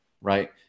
right